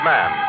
Man